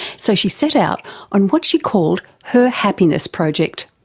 so she set out on what she called her happiness project.